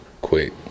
quick